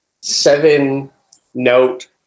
seven-note